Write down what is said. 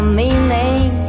meaning